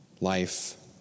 life